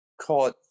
Caught